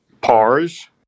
pars